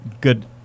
good